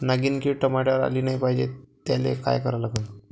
नागिन किड टमाट्यावर आली नाही पाहिजे त्याले काय करा लागन?